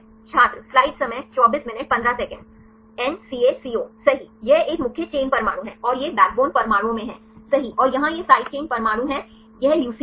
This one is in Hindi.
N CA CO सही यह एक मुख्य चेन परमाणु है और यह बैकबोन परमाणुओं है सहीऔर यहाँ ये साइड चेन परमाणु हैं यह ल्यूसीन है